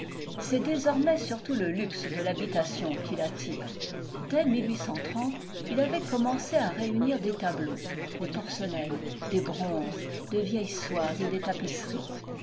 c'est désormais surtout le luxe de l'habitation qui l'attire dès il avait commencé à réunir des tableaux des porcelaines des bronzes de vieilles soies et des tapisseries